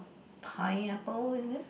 pineapple in it